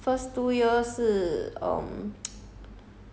他们讲 first two year 会